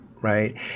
right